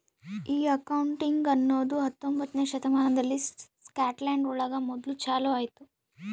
ಈ ಅಕೌಂಟಿಂಗ್ ಅನ್ನೋದು ಹತ್ತೊಂಬೊತ್ನೆ ಶತಮಾನದಲ್ಲಿ ಸ್ಕಾಟ್ಲ್ಯಾಂಡ್ ಒಳಗ ಮೊದ್ಲು ಚಾಲೂ ಆಯ್ತು